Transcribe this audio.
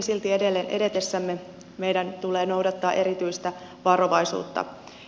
silti edelleen edetessämme meidän tulee noudattaa erityistä varovaisuutta